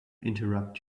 interrupt